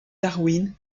darwin